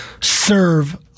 serve